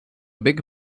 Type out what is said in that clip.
big